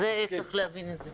צריך להבין את זה.